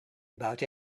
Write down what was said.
about